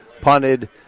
punted